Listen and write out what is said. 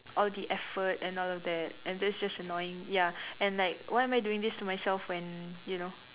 all the effort and all of that and that's just annoying ya and like why am I doing this to myself when you know